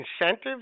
incentives